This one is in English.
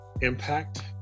impact